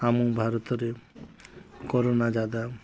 ଆମ ଭାରତରେ କୋରୋନା ଜାଦା